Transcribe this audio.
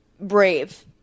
brave